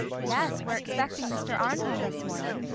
yes, we're expecting mr. arnholm this morning.